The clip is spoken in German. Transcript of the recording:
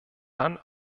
dann